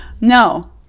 No